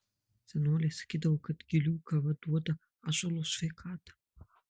senoliai sakydavo kad gilių kava duoda ąžuolo sveikatą